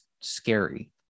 scary